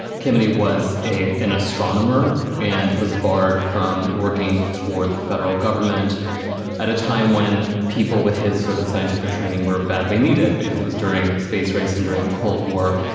kameny was a an astronomer and was barred from working for the federal government government at a time when people with his sort of scientific training were badly needed because it was during the space race and during the cold war.